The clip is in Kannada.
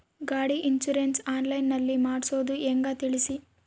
ಗಾಡಿ ಇನ್ಸುರೆನ್ಸ್ ಆನ್ಲೈನ್ ನಲ್ಲಿ ಮಾಡ್ಸೋದು ಹೆಂಗ ತಿಳಿಸಿ?